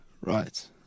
Right